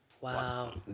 Wow